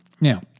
Now